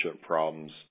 problems